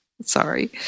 Sorry